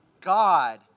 God